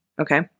okay